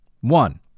one